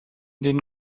den